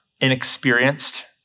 inexperienced